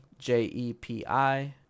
jepi